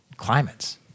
climates